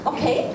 Okay